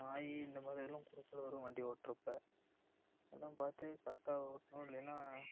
நாய் இந்த மாதிரில்லாம் குறுக்கால வரும் வண்டி ஓட்றப்போ அதெலாம் பார்த்து கரட்டாக ஓட்டணும் இல்லைன்னா